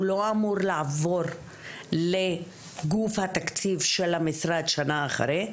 הוא לא אמור לעבור לגוף התקציב של המשרד שנה אחרי?